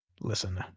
listen